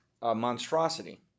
monstrosity